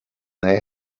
they